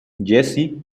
jesse